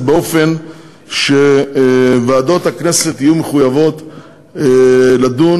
באופן שוועדות הכנסת יהיו מחויבות לדון,